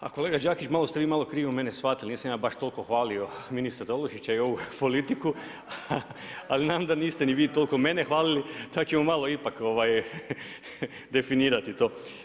Pa kolega Đakić malo ste vi mene malo krivo shvatili, nisam ja baš toliko hvalio ministra Tolušića i ovu politiku, ali znam da niste ni vi toliko mene hvalili, sad ćemo malo ipak definirati to.